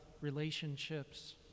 relationships